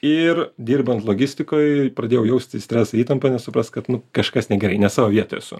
ir dirbant logistikoj pradėjau jausti stresą įtampą nes suprast kad nu kažkas negerai ne savo vietoj esu